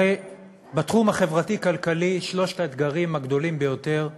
הרי בתחום החברתי-כלכלי שלושת האתגרים הגדולים ביותר הם: